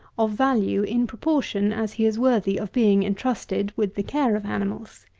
of value in proportion as he is worthy of being intrusted with the care of animals.